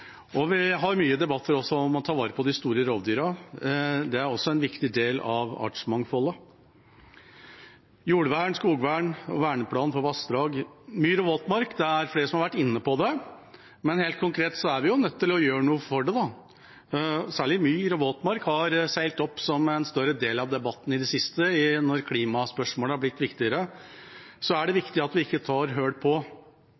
vi har mange debatter om å ta vare på de store rovdyrene. De er også en viktig del av artsmangfoldet. Jordvern, skogvern, verneplan for vassdrag, myr og våtmark er det flere som har vært inne på. Helt konkret er vi nødt til å gjøre noe her. Særlig myr og våtmark har seilt opp som en større del av debatten i det siste, når klimaspørsmålet er blitt viktigere. Det er